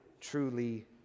truly